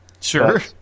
Sure